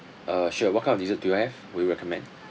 uh sure what kind of dessert do you have will you all recommend